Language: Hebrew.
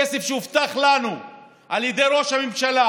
כסף שהובטח לנו על ידי ראש הממשלה.